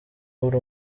uri